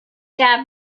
gap